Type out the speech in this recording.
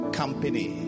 company